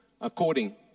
according